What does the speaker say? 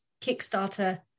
Kickstarter